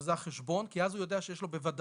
שזה החשבון, כי אז הוא יודע שיש לו בוודאות.